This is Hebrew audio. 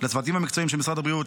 לצוותים המקצועיים של משרד הבריאות,